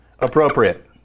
appropriate